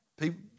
People